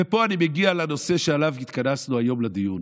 ופה אני מגיע לנושא שעליו התכנסנו היום לדיון,